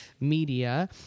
media